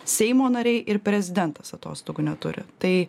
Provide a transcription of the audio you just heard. seimo nariai ir prezidentas atostogų neturi tai